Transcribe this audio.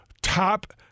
top –